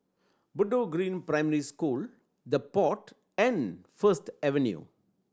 Bedok Green Primary School The Pod and First Avenue